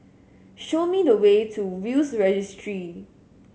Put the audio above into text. show me the way to Will's Registry